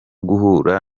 guhura